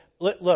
Look